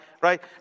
right